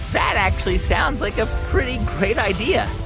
that actually sounds like a pretty great idea.